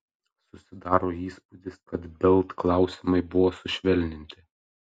susidaro įspūdis kad bild klausimai buvo sušvelninti